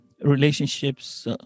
relationships